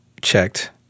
checked